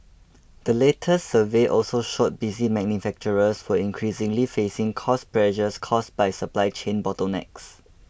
the latest survey also showed busy manufacturers for increasingly facing cost pressures caused by supply chain bottlenecks